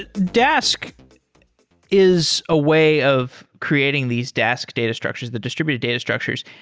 ah dask is a way of creating these dask data structures, the distributed data structures.